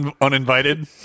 Uninvited